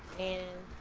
and